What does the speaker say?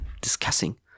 discussing